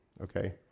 okay